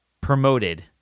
promoted